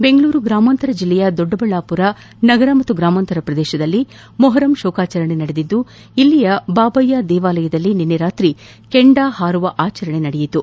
ಬೆಂಗಳೂರು ಗ್ರಾಮಾಂತರ ಜಿಲ್ಲೆಯ ದೊಡ್ಡಬಳ್ಳಾಪುರ ನಗರ ಹಾಗೂ ಗ್ರಾಮಾಂತರ ಪ್ರದೇಶದಲ್ಲಿ ಮೊಹರಂ ಶೋಕಾಚರಣೆ ನಡೆದಿದ್ದು ಇಲ್ಲಿನ ಬಾಬಯ್ಯ ದೇವಾಲಯದಲ್ಲಿ ನಿನ್ನೆ ರಾತ್ರಿ ಕೆಂಡ ಹಾರುವ ಆಚರಣೆ ನಡೆಯಿತು